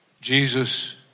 Jesus